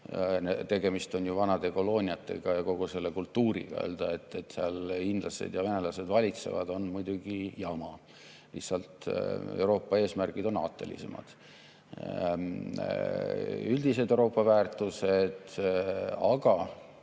Tegemist on ju vanade kolooniatega ja kogu selle kultuuriga. Öelda, et seal hiinlased ja venelased valitsevad, on muidugi jama. Lihtsalt Euroopa eesmärgid on aatelisemad, üldised Euroopa väärtused. Aga